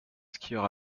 skieur